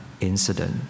incident